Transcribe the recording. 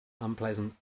unpleasant